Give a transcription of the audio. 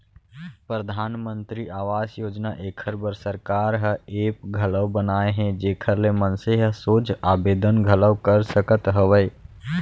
परधानमंतरी आवास योजना एखर बर सरकार ह ऐप घलौ बनाए हे जेखर ले मनसे ह सोझ आबेदन घलौ कर सकत हवय